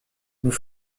nous